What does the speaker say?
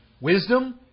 Wisdom